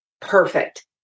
perfect